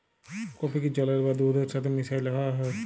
কফিকে জলের বা দুহুদের ছাথে মিশাঁয় খাউয়া হ্যয়